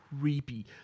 creepy